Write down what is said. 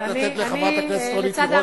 לתת לחברת הכנסת רונית תירוש.